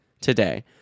today